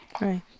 Right